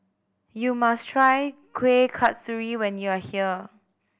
you must try Kueh Kasturi when you are here